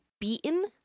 beaten